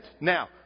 Now